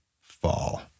fall